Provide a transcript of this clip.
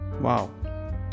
Wow